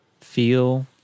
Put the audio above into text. feel